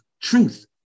truth